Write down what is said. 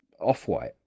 off-white